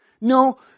No